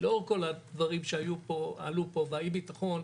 לאור כל הדברים שהיו פה ועלו פה באי ביטחון,